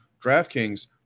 DraftKings